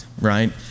right